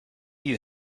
you